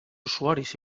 usuaris